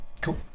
Cool